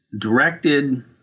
directed